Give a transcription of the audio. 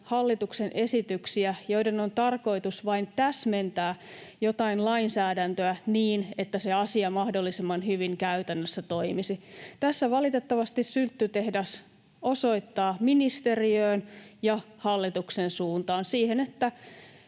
hallituksen esityksiä, joiden on tarkoitus vain täsmentää jotain lainsäädäntöä niin, että se asia mahdollisimman hyvin käytännössä toimisi. Tässä valitettavasti sylttytehdas osoittaa ministeriöön ja hallituksen suuntaan, siihen, että